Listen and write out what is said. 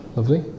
Lovely